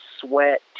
sweat